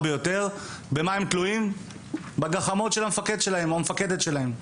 ביותר תלויים בגחמות של המפקדת או המפקד שלהם.